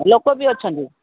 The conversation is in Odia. ଲୋକ ବି ଅଛନ୍ତି